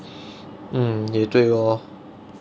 mm 也对 lor